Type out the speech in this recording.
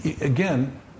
again